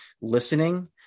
listening